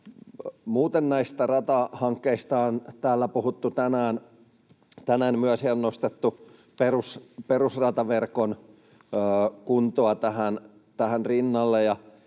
Muuten näistä ratahankkeista on täällä puhuttu tänään ja myös nostettu perusrataverkon kuntoa tähän rinnalle.